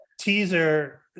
Teaser